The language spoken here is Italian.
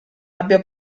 abbia